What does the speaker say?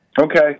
Okay